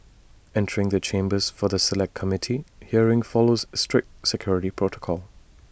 entering the chambers for the Select Committee hearing follows strict security protocol